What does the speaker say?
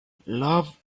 love